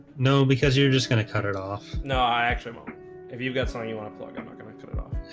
no, because you're just gonna cut it off. no, i actually mom if you've got something you want to plug i'm not gonna cut it off.